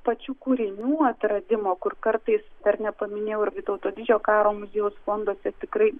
pačių kūrinių atsiradimo kur kartais dar nepaminėjau ir vytauto didžiojo karo muziejaus fonduose tikrai